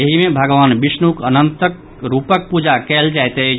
एहि मे भगवान विष्णुक अनंत रूपक पूजा कयल जायत अछि